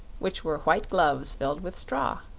which were white gloves filled with straw.